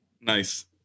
Nice